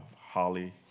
Holly